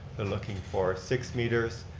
they're looking for six meters,